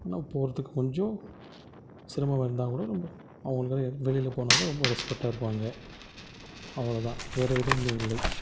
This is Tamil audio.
ஆனால் போகிறதுக்கு கொஞ்சம் சிரமம் இருந்தால் கூட நம்ம அவங்கள் வெளியில் போனாக்கால் ரொம்ப ரெஸ்பெக்ட்டாக இருப்பாங்க அவ்வளோ தான் வேறு எதுவும் இல்லை